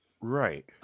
Right